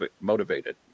motivated